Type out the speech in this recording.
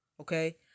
okay